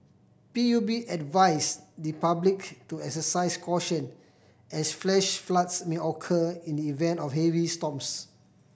P U B advised the public to exercise caution as flash floods may occur in the event of heavy storms